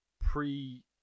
pre